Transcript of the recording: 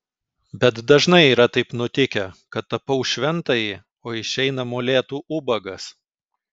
bet dažnai yra taip nutikę kad tapau šventąjį o išeina molėtų ubagas